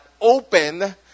open